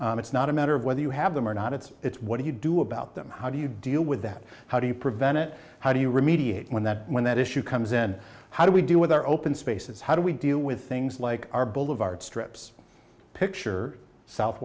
and it's not a matter of whether you have them or not it's what do you do about them how do you deal with that how do you prevent it how do you remediation when that when that issue comes and how do we deal with our open spaces how do we deal with things like our boulevard strips picture south